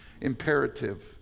imperative